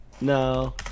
no